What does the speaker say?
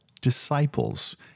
disciples